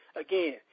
Again